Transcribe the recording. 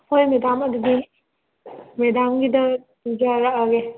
ꯍꯣꯏ ꯃꯦꯗꯥꯝ ꯑꯗꯨꯗꯤ ꯃꯦꯗꯥꯝꯒꯤꯗ ꯄꯨꯖꯔꯛꯑꯒꯦ